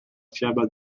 fiaba